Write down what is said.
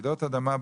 רעידת אדמה,